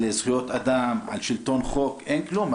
על זכויות אדם, על שלטון חוק אין כלום.